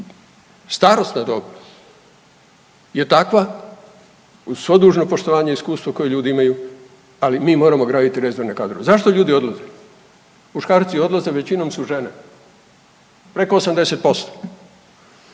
Starosna dob je takva uz svo dužno poštovanje i iskustvo koje ljudi imaju ali mi moramo graditi rezervne kadrove. Zašto ljudi odlaze? Muškarci odlaze, većinom su žene preko 80%,